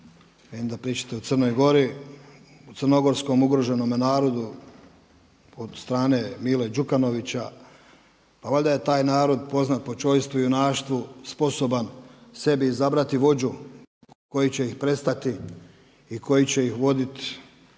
vidim da pričate o Crnoj Gori, o crnogorskom ugroženom narodu od strane Mile Đukanovića. Pa valjda je taj narod poznat po čojstvu i junaštvu, sposoban sebi izabrati vođu koji će ih predstavljati i koji će ih voditi